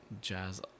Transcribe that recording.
jazz